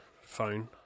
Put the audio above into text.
phone